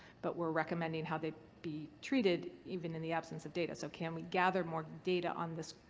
but we're recommending how they be treated even in the absence of data. so can we gather more data on this.